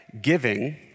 giving